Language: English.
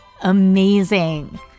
amazing